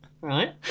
Right